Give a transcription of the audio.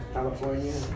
California